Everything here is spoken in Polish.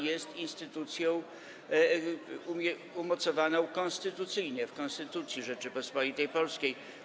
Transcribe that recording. Jest ona instytucją umocowaną konstytucyjnie, w Konstytucji Rzeczypospolitej Polskiej.